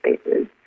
spaces